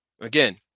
Again